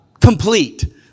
complete